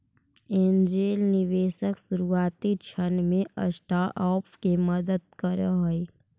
angel निवेशक शुरुआती क्षण में स्टार्टअप के मदद करऽ हइ